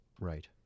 Right